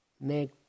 make